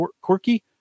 quirky